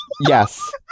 Yes